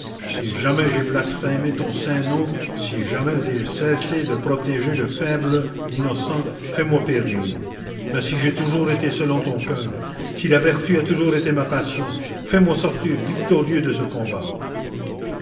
si jamais j'ai blasphêmé ton saint nom si jamais j'ai cessé de protéger le faible l'innocent fais-moi périr mais si j'ai toujours été selon ton coeur si la vertu a toujours été ma passion fais-moi sortir victorieux de ce combat